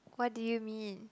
what do you mean